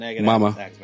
Mama